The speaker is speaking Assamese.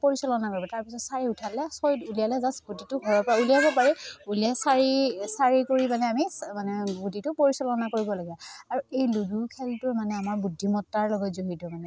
পৰিচালনা কৰিব তাৰ পিছত চাৰি উঠালে ছয় উলিয়ালে জাষ্ট গুটিটো ঘৰৰপৰা উলিয়াব পাৰি উলিয়াই চাৰি চাৰি কৰি মানে আমি মানে গুটিটো পৰিচালনা কৰিব লাগে আৰু এই লুডুৰ খেলটো মানে আমাৰ বুদ্ধিমত্তাৰ লগত জড়িত মানে